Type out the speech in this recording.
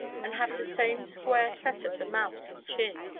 and have the same square set of the mouth and chin,